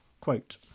quote